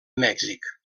mèxic